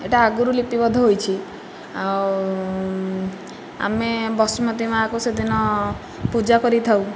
ଏଇଟା ଆଗରୁ ଲିପିବଦ୍ଧ ହୋଇଛି ଆଉ ଆମେ ବସୁମତୀ ମା'କୁ ସେଦିନ ପୂଜା କରିଥାଉ